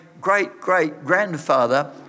great-great-grandfather